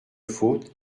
faute